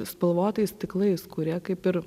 spalvotais stiklais kurie kaip ir